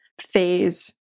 phase